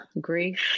Grief